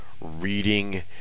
reading